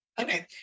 okay